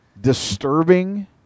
Disturbing